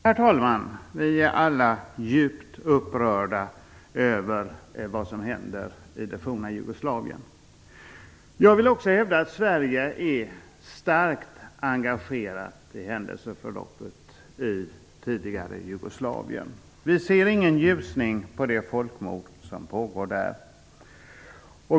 Herr talman! Vi är alla djupt upprörda över vad som händer i det forna Jugoslavien. Jag vill också hävda att Sverige är starkt engagerat i händelseförloppet i f.d. Jugoslavien. Vi ser ingen ljusning i det folkmord som pågår där.